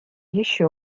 еще